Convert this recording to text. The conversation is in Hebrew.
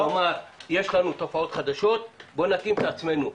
יש לנו תופעות שונות, בואו נתאים את עצמנו.